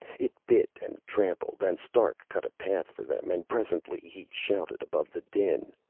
it bit and trampled, and stark cut a path for them, and presently he shouted above the din,